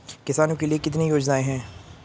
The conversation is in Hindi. किसानों के लिए कितनी योजनाएं हैं?